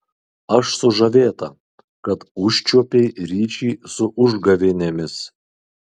aš sužavėta kad užčiuopei ryšį su užgavėnėmis